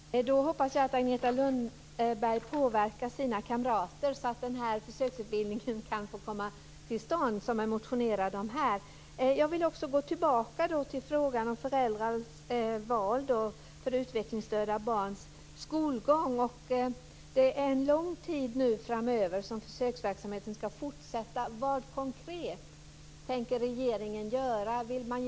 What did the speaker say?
Fru talman! Då hoppas jag att Agneta Lundberg påverkar sina kamrater, så att den försöksutbildning som jag motionerat om kan få komma till stånd. Jag vill också gå tillbaka till frågan om föräldrars val när det gäller utvecklingsstörda barns skolgång. Försöksverksamheten ska nu fortsätta under lång tid framöver. Vad tänker regeringen göra konkret?